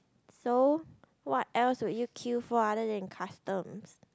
so what else would you queue for other than customs